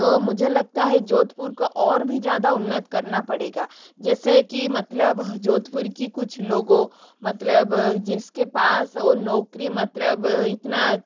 तो मुझे लगता है जोधपुर को और भी ज़्यादा उन्नत करना पड़ेगा जैसे कि मतलब जोधपुर की कुछ लोगों मतलब जिसके पास औ नौकरी मतलब इतना